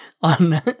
on